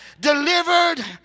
delivered